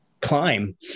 climb